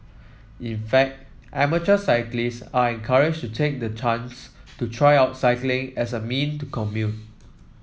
in fact amateur cyclist are encouraged to take the chance to try out cycling as a mean of commute